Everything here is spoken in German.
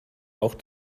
auch